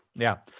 yeah.